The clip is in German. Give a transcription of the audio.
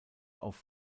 auf